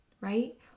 right